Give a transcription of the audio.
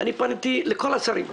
פניתי לכל השרים.